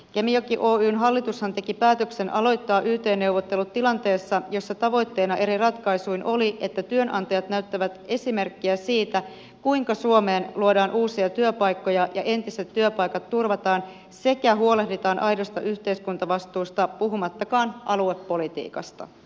kemijoki oyn hallitushan teki päätöksen aloittaa yt neuvottelut tilanteessa jossa tavoitteena eri ratkaisuin oli että työnantajat näyttävät esimerkkiä siitä kuinka suomeen luodaan uusia työpaikkoja ja entiset työpaikat turvataan sekä huolehditaan aidosta yhteiskuntavastuusta puhumattakaan aluepolitiikasta